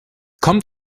kommt